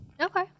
Okay